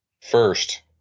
First